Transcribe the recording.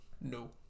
No